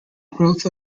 growth